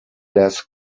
less